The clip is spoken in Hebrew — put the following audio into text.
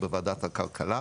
בוועדת הכלכלה,